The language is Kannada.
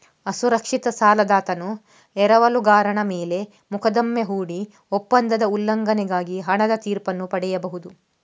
ಅಸುರಕ್ಷಿತ ಸಾಲದಾತನು ಎರವಲುಗಾರನ ಮೇಲೆ ಮೊಕದ್ದಮೆ ಹೂಡಿ ಒಪ್ಪಂದದ ಉಲ್ಲಂಘನೆಗಾಗಿ ಹಣದ ತೀರ್ಪನ್ನು ಪಡೆಯಬೇಕು